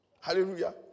Hallelujah